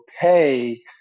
pay